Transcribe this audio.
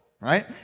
right